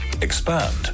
expand